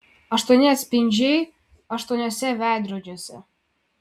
aštuoni atspindžiai aštuoniuose veidrodžiuose